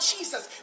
Jesus